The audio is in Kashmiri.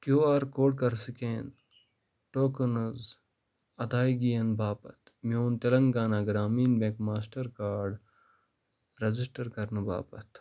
کیٛوٗ آر کوڈ کَر سکین ٹوکن ہٕنٛز ادٲیگیَن باپتھ میٛون Telangana Grameen bank Mastercard register کرنہٕ باپتھ